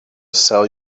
sell